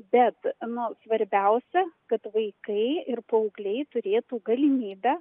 bet nu svarbiausia kad vaikai ir paaugliai turėtų galimybę